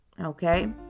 okay